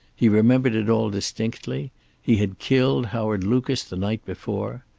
he remembered it all distinctly he had killed howard lucas the night before.